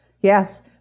yes